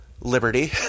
liberty